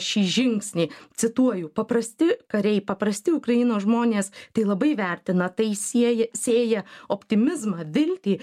šį žingsnį cituoju paprasti kariai paprasti ukrainos žmonės tai labai vertina tai sieja sėja optimizmą viltį